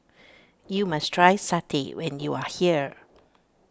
you must try Satay when you are here